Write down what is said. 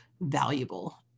valuable